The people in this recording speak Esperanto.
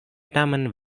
tamen